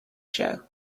show